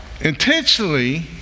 intentionally